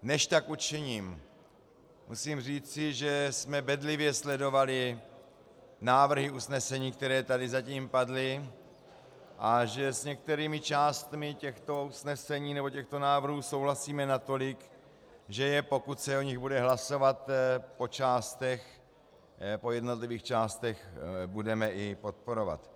Než tak učiním, musím říci, že jsme bedlivě sledovali návrhy usnesení, které tady zatím padly, a že s některými částmi těchto usnesení nebo těchto návrhů souhlasíme natolik, že je, pokud se o nich bude hlasovat po částech, po jednotlivých částech, budeme i podporovat.